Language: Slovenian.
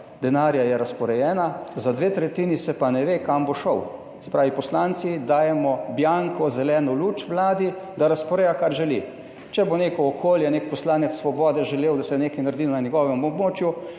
denarja je razporejena, za dve tretjini se pa ne ve, kam bo šel. Se pravi, poslanci dajemo bianco zeleno luč vladi, da razporeja, kar želi. Če bo neko okolje, nek poslanec Svobode želel, da se nekaj naredi na njegovem območju,